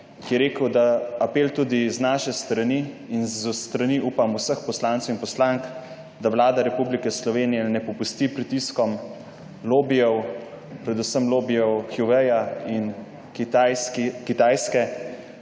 ki je rekel, da apel tudi z naše strani in s strani, upam, vseh poslancev in poslank, da Vlada Republike Slovenije ne popusti pritiskom lobijev, predvsem lobijev Huaweia in Kitajske,